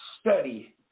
study